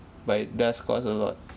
but it does cost a lot